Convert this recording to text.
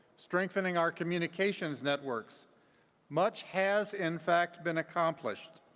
strengthening our communication networks much has, in fact, been accomplished.